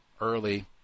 early